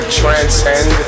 transcend